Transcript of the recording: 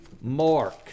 Mark